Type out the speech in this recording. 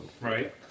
Right